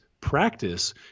practice